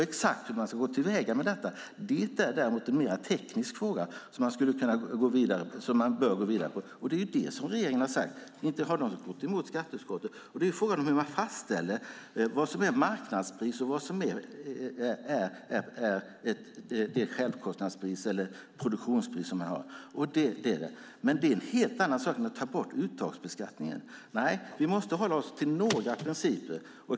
Exakt hur man ska gå till väga är en mer teknisk fråga som man bör gå vidare med. Det är det regeringen har sagt; man har inte gått emot skatteutskottet. Frågan är hur man fastställer vad som är marknadspris och vad som är självkostnads eller produktionspris. Det är dock en helt annan sak än att ta bort uttagsbeskattningen. Nej, vi måste hålla oss till några principer.